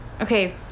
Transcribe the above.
Okay